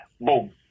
boom